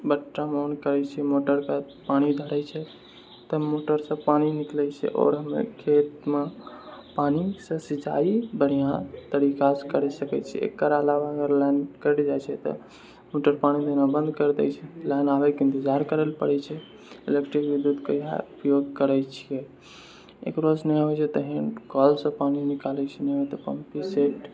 button on करय छियै मोटरके पानि धरै छै तऽ मोटरसँ पानि निकलय छै आओर हमे खेतमे पानिसँ सिँचाइ बढ़िआँ तरीकासँ करि सकय छै एकर अलावा अगर लाइन कटि जाइ छै तऽ मोटर पानि देना बन्द करि दै छै लाइन आबयके इन्तजार करय लए पड़य छै इलेक्ट्रिक विद्युतके इएह उपयोग करय छियै एकरोस नहि होइ छै तखन कऽलसँ पानि निकालय छियै नहि तऽ पम्पे सेट